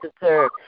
deserve